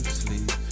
sleep